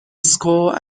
score